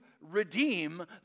redeem